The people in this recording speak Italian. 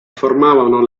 formavano